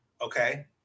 okay